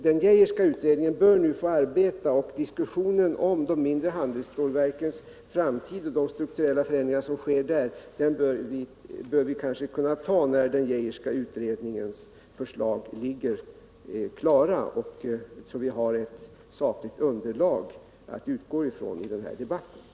Den Geijerska utredningen bör nu få arbeta, och diskussionen om de mindre handelsstålverkens framtid och de strukturella förändringar som sker där bör vi kanske kunna ta när den utredningens förslag ligger klart, så att vi har ett skapligt underlag att utgå ifrån i den här debatten.